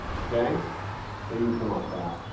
okay? so you can come off that.